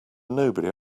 nobody